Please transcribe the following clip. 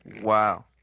wow